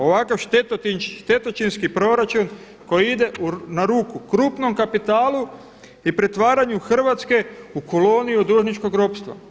Ovakav štetočinski proračun koji ide na ruku krupnom kapitalu i pretvaranju Hrvatske u koloniju dužničkog ropstva.